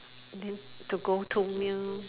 then to go too near lor